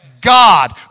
God